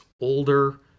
older